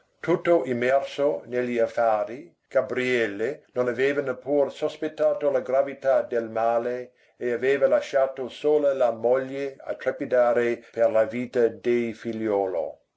tutto immerso negli affari gabriele non aveva neppur sospettato la gravità del male e aveva lasciato sola la moglie a trepidare per la vita dei figliuolo